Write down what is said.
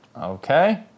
Okay